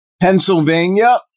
Pennsylvania